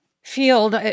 field